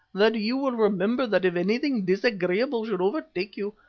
that you will remember that if anything disagreeable should overtake you,